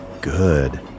good